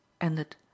ended